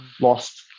lost